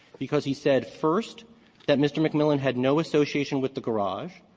because he said first that mr. mcmillan had no association with the garage.